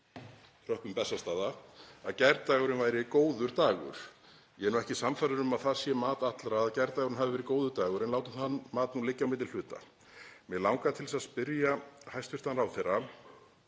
tröppum Bessastaða að gærdagurinn væri góður dagur. Ég er nú ekki sannfærður um að það sé mat allra að gærdagurinn hafi verið góður dagur en látum það mat liggja á milli hluta. Mig langar til að spyrja hæstv. ráðherra,